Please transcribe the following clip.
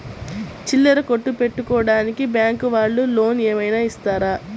చిల్లర కొట్టు పెట్టుకోడానికి బ్యాంకు వాళ్ళు లోన్ ఏమైనా ఇస్తారా?